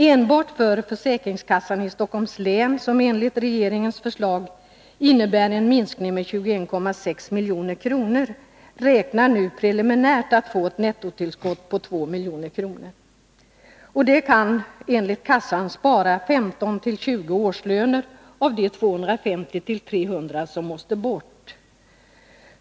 Enbart för försäkringskassan i Stockholms län, som enligt regeringens förslag skulle få en minskning med 21,6 milj.kr., beräknas preliminärt ett nettotillskott på 2 milj.kr. Det kan enligt kassan spara 15-20 årslöner av de 250-300 som måste bort.